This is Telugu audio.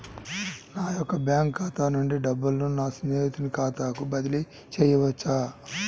నా యొక్క బ్యాంకు ఖాతా నుండి డబ్బులను నా స్నేహితుని ఖాతాకు బదిలీ చేయవచ్చా?